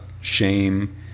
shame